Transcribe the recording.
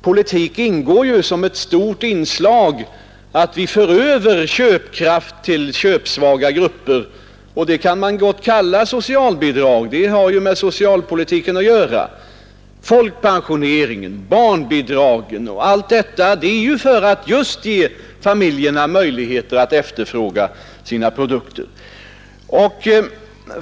politik ingår som ett stort inslag att vi för över köpkraft till köpsvaga grupper, och detta kan man gott kalla socialbidrag, eftersom det har med socialpolitiken att göra. Folkpensioneringen, barnbidragen och allt detta har tillkommit just för att ge familjerna möjligheter att efterfråga produkter.